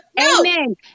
Amen